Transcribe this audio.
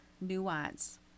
nuance